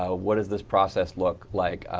ah what does this process look like,